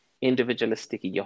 individualistic